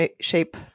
shape